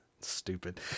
Stupid